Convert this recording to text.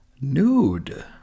Nude